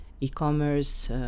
e-commerce